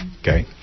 okay